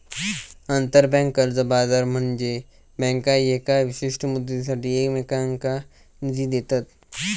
आंतरबँक कर्ज बाजार म्हनजे बँका येका विशिष्ट मुदतीसाठी एकमेकांनका निधी देतत